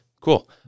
Cool